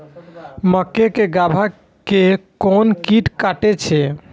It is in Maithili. मक्के के गाभा के कोन कीट कटे छे?